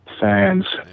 fans